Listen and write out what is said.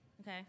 Okay